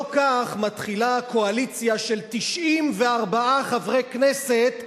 לא כך מתחילה קואליציה של 94 חברי כנסת,